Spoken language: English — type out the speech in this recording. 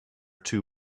two